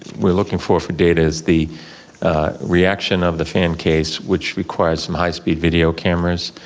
we're looking for for data is the reaction of the fan case which requires some high speed video cameras.